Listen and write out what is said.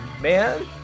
man